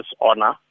honor